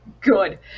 Good